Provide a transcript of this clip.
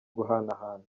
guhanahana